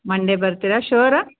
Monday ಬರ್ತೀರಾ ಶೋರಾ